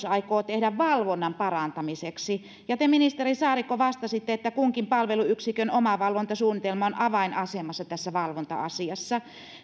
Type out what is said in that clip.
aikoo tehdä valvonnan parantamiseksi ja te ministeri saarikko vastasitte että kunkin palveluyksikön omavalvontasuunnitelma on avainasemassa tässä valvonta asiassa